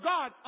God